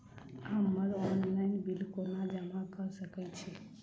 हम्मर online bill कोना जमा कऽ सकय छी?